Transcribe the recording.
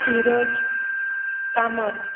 Suraj Kamat